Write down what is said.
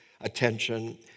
attention